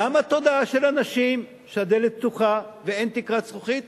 גם התודעה של הנשים שהדלת פתוחה ואין תקרת זכוכית,